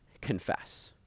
confess